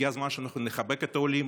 הגיע הזמן שאנחנו נחבק את העולים,